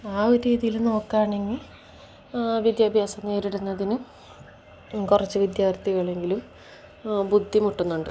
ആ രീതിയിൽ നോക്കുകയാണെങ്കിൽ വിദ്യാഭ്യാസം നേരിടുന്നതിന് കുറച്ചു വിദ്യാർത്ഥികളെങ്കിലും ബുദ്ധിമുട്ടുന്നുണ്ട്